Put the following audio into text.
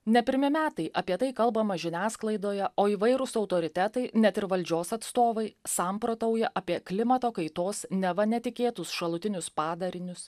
ne pirmi metai apie tai kalbama žiniasklaidoje o įvairūs autoritetai net ir valdžios atstovai samprotauja apie klimato kaitos neva netikėtus šalutinius padarinius